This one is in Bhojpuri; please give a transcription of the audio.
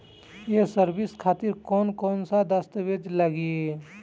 ये सर्विस खातिर कौन कौन दस्तावेज लगी?